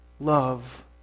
love